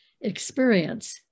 experience